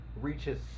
reaches